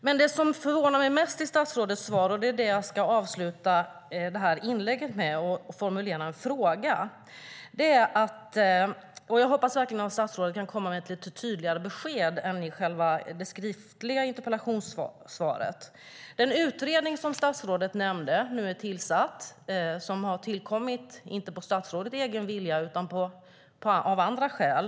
Men det som förvånar mig mest i statsrådets svar - det är det jag vill avsluta inlägget med och formulera en fråga, där jag verkligen hoppas att statsrådet kan komma med ett lite tydligare besked än i interpellationssvaret - gäller den utredning som statsrådet nämnde. Den är nu tillsatt. Den har inte tillkommit genom statsrådets egen vilja utan av andra skäl.